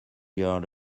yard